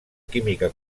química